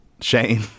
Shane